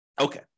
Okay